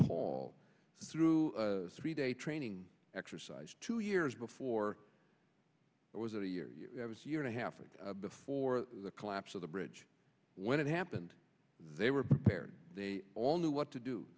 paul through three day training exercise two years before it was a year and a half before the collapse of the bridge when it happened they were prepared they all knew what